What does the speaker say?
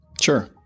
Sure